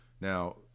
Now